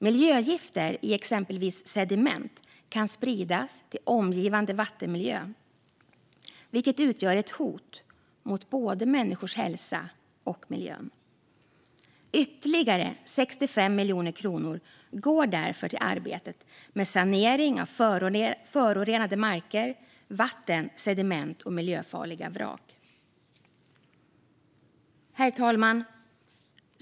Miljögifter i exempelvis sediment kan spridas till omgivande vattenmiljö, vilket utgör ett hot mot både människors hälsa och miljön. Ytterligare 65 miljoner kronor går därför till arbetet med sanering av förorenade marker, vatten, sediment och miljöfarliga vrak. Herr talman!